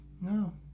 No